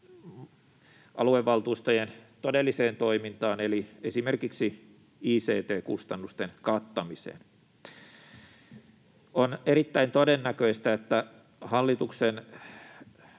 aluevaltuustojen todelliseen toimintaan eli esimerkiksi ict-kustannusten kattamiseen. On erittäin todennäköistä, että hallituksen